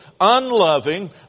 unloving